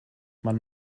man